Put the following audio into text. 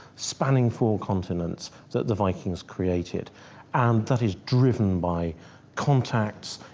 spanning four continents, that the vikings created and that is driven by contacts,